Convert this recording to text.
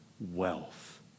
wealth